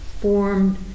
formed